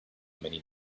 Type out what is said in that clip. many